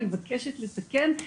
אני מבקשת לתקן,